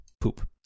poop